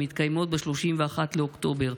המתקיימות ב-31 באוקטובר,